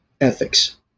ethics